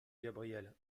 gabriel